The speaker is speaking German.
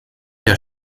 der